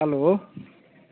hello